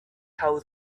how